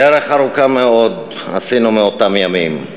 דרך ארוכה מאוד עשינו מאותם ימים.